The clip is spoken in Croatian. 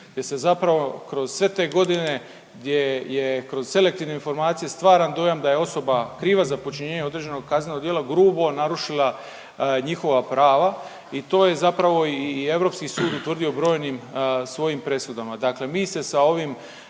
gdje se zapravo kroz sve te godine gdje je kroz selektivne informacije stvaran dojam da je osoba kriva za počinjenja određenog kaznenog djela grubo narušila njihova prava i to je zapravo i europski sud utvrdio u brojnim svojim presudama.